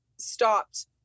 stopped